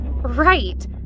Right